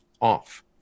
off